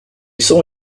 saw